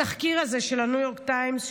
התחקיר הזה של הניו יורק טיימס,